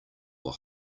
were